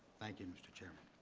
thank you, mr. chairman.